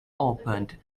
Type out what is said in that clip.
opened